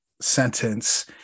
sentence